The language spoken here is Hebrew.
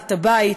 את הבית,